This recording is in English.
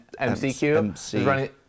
MCQ